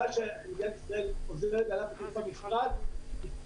הסיבה שמדינת ישראל עוזרת ענף התעופה בפרט היא,